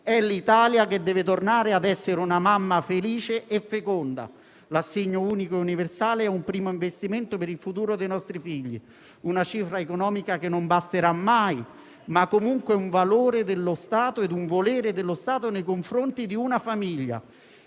È l'Italia che deve tornare a essere una mamma felice e feconda. L'assegno unico e universale è un primo investimento per il futuro dei nostri figli, una cifra economica che non basterà mai, ma resta comunque un valore e un volere dello Stato nei confronti di una famiglia.